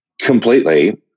completely